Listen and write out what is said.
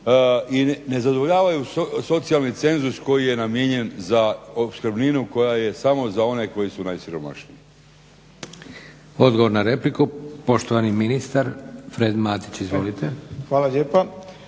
i ne zadovoljavaju socijalni cenzus koji je namijenjen za opskrbninu koja je samo za one koji su najsiromašniji? **Leko, Josip (SDP)** Odgovor na repliku, poštovani ministar Fred Matić. Izvolite. **Matić,